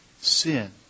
sin